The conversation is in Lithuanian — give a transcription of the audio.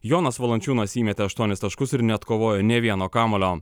jonas valančiūnas įmetė aštuonis taškus ir neatkovojo nė vieno kamuolio